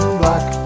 black